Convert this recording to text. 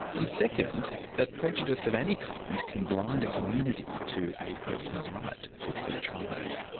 and second, that prejudice of any kind can blind a community to a person's right to a fair trial.